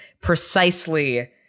precisely